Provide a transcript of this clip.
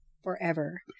Forever